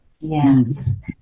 yes